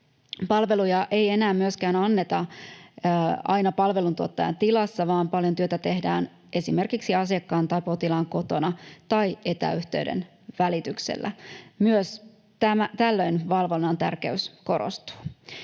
Palveluja ei enää myöskään anneta aina palveluntuottajan tilassa, vaan paljon työtä tehdään esimerkiksi asiakkaan tai potilaan kotona tai etäyhteyden välityksellä. Myös tällöin valvonnan tärkeys korostuu.